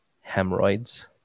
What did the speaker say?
hemorrhoids